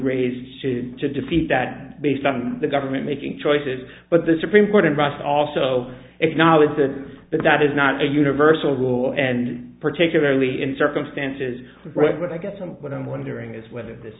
raised to defeat that based on the government making choices but the supreme court in boston also acknowledged that but that is not a universal rule and particularly in circumstances right when i get some what i'm wondering is whether this